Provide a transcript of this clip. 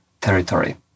territory